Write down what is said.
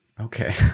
Okay